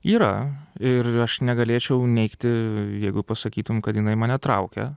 yra ir aš negalėčiau neigti jeigu pasakytum kad jinai mane traukia